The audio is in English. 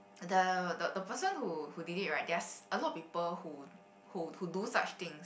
the the the person who who did it right there are a lot of people who who who do such things